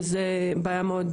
וזו בעיה מאד